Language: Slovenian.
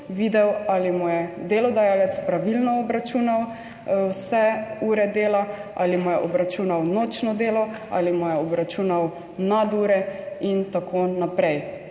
ali mu je delodajalec pravilno obračunal vse ure dela, ali mu je obračunal nočno delo, ali mu je obračunal nadure in tako naprej